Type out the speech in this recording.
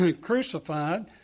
crucified